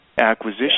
Acquisition